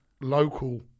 local